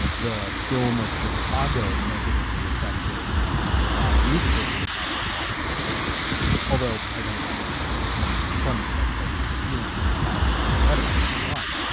the film of chicago negatively affected the life musical of chicago's bottom line, for example, although i don't have any of those numbers in front of me. that's that's my feeling about having read about it at the time.